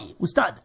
ustad